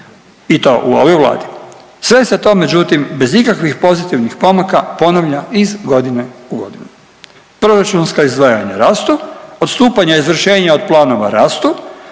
i to u ovoj Vladi. Sve se to međutim bez ikakvih pozitivnih pomaka ponavlja iz godine u godinu, proračunska izdvajanja rastu, odstupanja izvršenja od planova rastu,